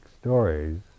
stories